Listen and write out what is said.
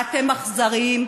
אתם אכזריים.